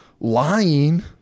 lying